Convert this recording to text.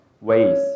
ways